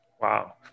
wow